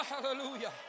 Hallelujah